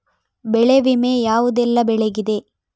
ಬೆಳೆ ವಿಮೆ ಯಾವುದೆಲ್ಲ ಬೆಳೆಗಿದೆ?